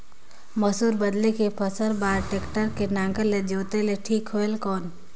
मसूर बदले के फसल बार टेक्टर के नागर ले जोते ले ठीक हवय कौन?